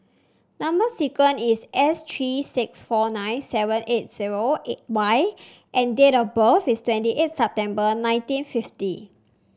number sequence is S three six four nine seven eight zero O Y and date of birth is twenty eight September nineteen fifty